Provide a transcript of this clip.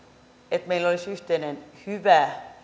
että meillä olisi yhteinen hyvä